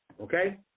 Okay